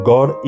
God